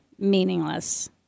Meaningless